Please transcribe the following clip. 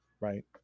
right